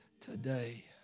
today